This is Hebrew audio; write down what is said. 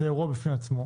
זה אירוע בפני עצמו.